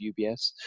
UBS